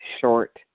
short